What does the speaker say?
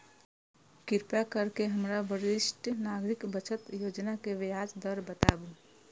कृपा करके हमरा वरिष्ठ नागरिक बचत योजना के ब्याज दर बताबू